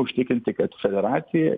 užtikrinti kad federacija